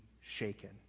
shaken